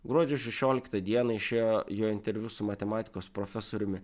gruodžio šešioliktą dieną išėjo jo interviu su matematikos profesoriumi